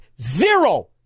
zero